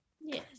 yes